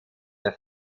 der